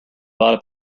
bought